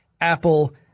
Apple